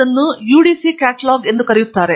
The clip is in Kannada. ಅವರು ಯುಡಿಸಿ ಕ್ಯಾಟಲಾಗ್ ಎಂದು ಕರೆಯುತ್ತಾರೆ